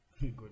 Good